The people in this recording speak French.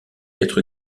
être